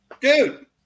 Dude